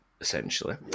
Essentially